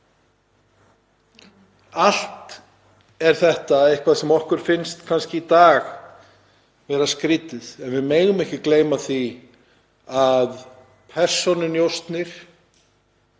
Allt er þetta eitthvað sem okkur finnst kannski vera skrýtið í dag en við megum ekki gleyma því að persónunjósnir,